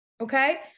Okay